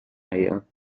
hair